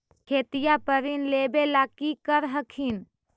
खेतिया पर ऋण लेबे ला की कर हखिन?